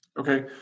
Okay